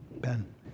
Ben